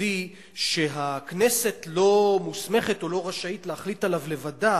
ויסודי שהכנסת לא מוסמכת או לא רשאית להחליט עליו לבדה,